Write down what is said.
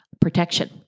protection